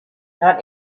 not